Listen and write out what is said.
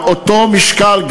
על אותו משקל,